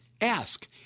Ask